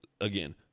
again